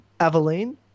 Aveline